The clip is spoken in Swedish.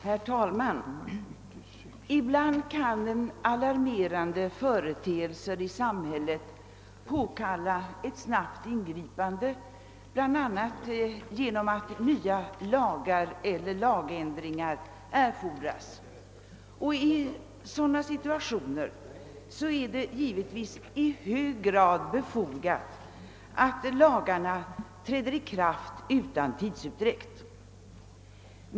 Herr talman! Ibland kan en alarmerande företeelse i samhället påkalla ett snabbt ingripande, bl.a. genom att nya lagar eller lagändringar erfordras. I sådana situationer är det givetvis i hög grad befogat att lagarna träder i kraft utan tidsutdräkt.